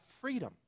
freedom